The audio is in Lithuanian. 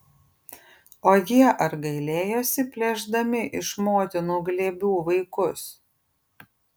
o jie ar gailėjosi plėšdami iš motinų glėbių vaikus